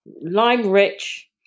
lime-rich